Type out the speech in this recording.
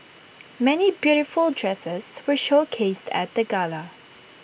many beautiful dresses were showcased at the gala